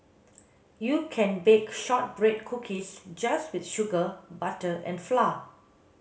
you can bake shortbread cookies just with sugar butter and flour